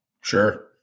Sure